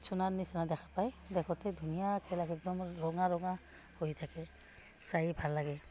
সোণৰ নিচিনা দেখা পায় দেখোতে ধুনীয়াকৈ লাগে একদম ৰঙা ৰঙা হৈ থাকে চাইয়ে ভাল লাগে